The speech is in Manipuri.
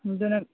ꯑꯗꯨꯅ